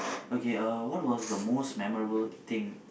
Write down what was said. okay uh what was the most memorable thing